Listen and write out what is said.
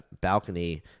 balcony